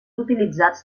utilitzats